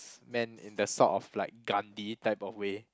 s~ meant in the sort of like Gandhi type of way